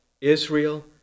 Israel